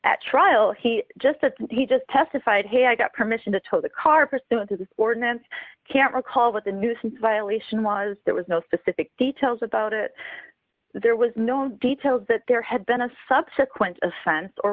at trial he just that he just testified hey i got permission to tow the car pursuant to the ordinance can't recall what the nuisance violation was there was no specific details about it there was no details that there had been a subsequent offense or